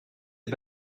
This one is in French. est